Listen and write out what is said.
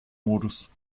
modus